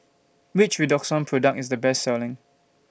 Which Redoxon Product IS The Best Selling